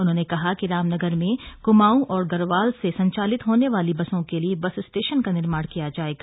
उन्होंने कहा कि रामनगर में कुमांऊ और गढ़वाल से संचालित होने वाली बसों के लिए बस स्टेशन का निर्माण किया जाएगा